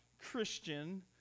Christian